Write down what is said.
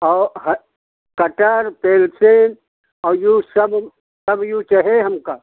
और ह cutter pencil और उ सब सब चाहे हमका